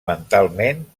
mentalment